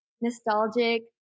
nostalgic